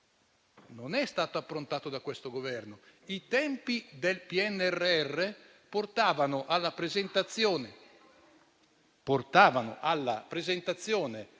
non è stato approntato dall'attuale Governo. I tempi del PNRR portavano alla presentazione